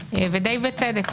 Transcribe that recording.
ודי בצדק.